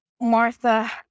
Martha